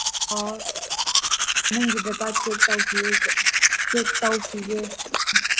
ꯑꯣ ꯅꯪꯒꯤ data check check ꯇꯧꯈꯤꯒꯦ